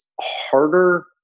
harder